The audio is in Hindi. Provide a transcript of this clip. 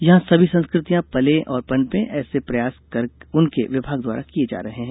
यहां सभी संस्कृतियां पले और पनपे ऐसे प्रयास उनके विभाग द्वारा किए जा रहे है